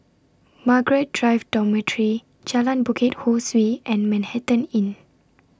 Margaret Drive Dormitory Jalan Bukit Ho Swee and Manhattan Inn